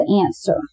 answer